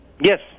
Yes